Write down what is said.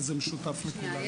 וזה משותף לכולם.